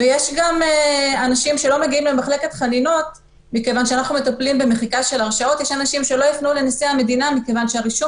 גם יש אנשים שלא יפנו לנשיא המדינה מכיוון שהרישום